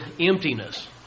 emptiness